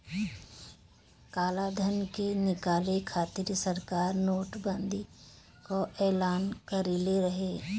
कालाधन के निकाले खातिर सरकार नोट बंदी कअ एलान कईले रहे